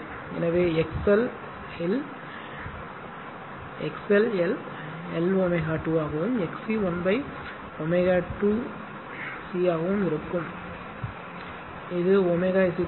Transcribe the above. எனவே XL L l ω2 ஆகவும் XC 1ω2 ஆகவும் இருக்கும் இது ω ω2